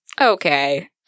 okay